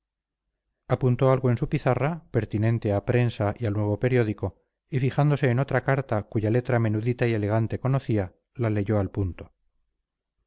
apuntó algo en su pizarra pertinente a prensa y al nuevo periódico y fijándose en otra carta cuya letra menudita y elegante conocía la leyó al punto